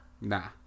Nah